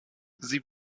sie